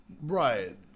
right